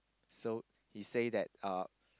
so he say that uh